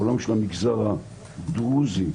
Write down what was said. העולם של המגזר הדרוזי,